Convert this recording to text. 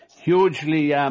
Hugely